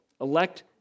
Elect